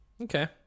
Okay